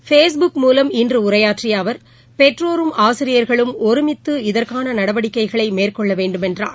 face book மூலம் இன்று உரையாற்றிய அவர் பெற்றோரும் ஆசிரியர்களும் ஒருமித்து இதற்கான நடவடிக்கைகளை மேற்கொள்ள வேண்டும் என்றார்